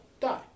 Die